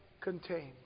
contained